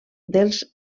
dels